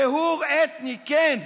טיהור אתני, כן.